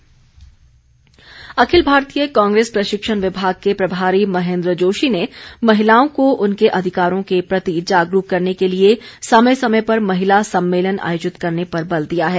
कांग्रेस अखिल भारतीय कांग्रेस प्रशिक्षण विभाग के प्रभारी महेन्द्र जोशी ने महिलाओं को उनके अधिकारों के प्रति जागरूक करने के लिए समय समय पर महिला सम्मेलन आयोजित करने पर बल दिया है